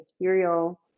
material